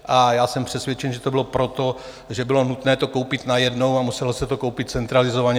A jsem přesvědčen, že to bylo proto, že bylo nutné to koupit najednou a muselo se to koupit centralizovaně.